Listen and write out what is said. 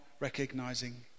recognizing